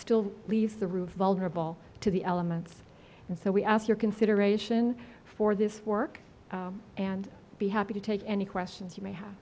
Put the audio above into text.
still leaves the roof vulnerable to the elements and so we ask your consideration for this work and be happy to take any questions you may have